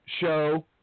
show